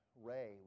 Ray